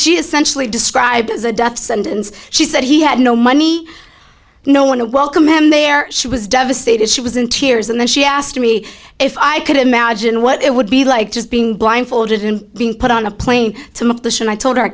she essentially described as a death sentence she said he had no money no one to welcome him there she was devastated she was in tears and then she asked me if i could imagine what it would be like just being blindfolded and being put on a plane to machine i told her